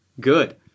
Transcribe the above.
Good